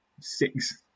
six